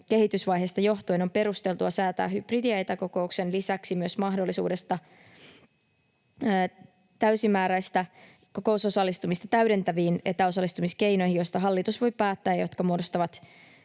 kehitysvaiheesta johtuen on perusteltua säätää hybridi- ja etäkokouksen lisäksi myös mahdollisuudesta täysimääräistä kokousosallistumista täydentäviin etäosallistumiskeinoihin, joista hallitus voi päättää ja jotka mahdollistavat